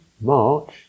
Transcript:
march